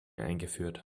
eingeführt